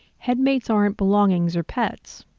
headmates aren't belongings or pets.